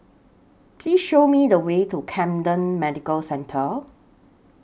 Please Show Me The Way to Camden Medical Centre